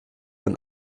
und